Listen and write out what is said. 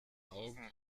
augen